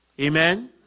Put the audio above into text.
Amen